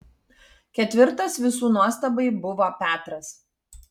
ketvirtas visų nuostabai buvo petras